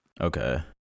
Okay